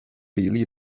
比例